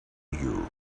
you